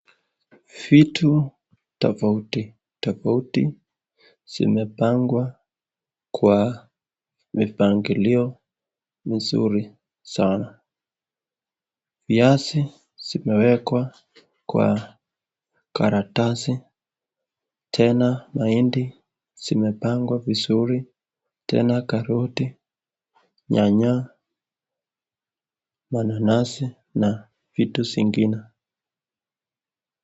Vitu tofauti tofauti zimepangwa kwa mipangilio mzuri sana. Viazi zimewekwa kwa karatasi, tena mahindi zimepangwa vizuri, tena karoti, nyanya, mananasi na vitu zingine.